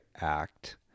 act